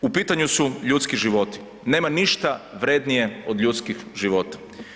U pitanju su ljudski životi, nema ništa vrednije od ljudskih života.